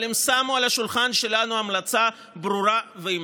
אבל הם שמו על השולחן שלנו המלצה ברורה ועמדה.